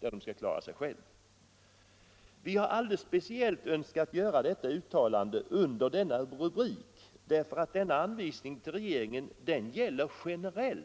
kunna klara sig själva. Vi har alldeles speciellt önskat göra detta uttalande under denna rubrik, eftersom denna anvisning till regeringen gäller generellt.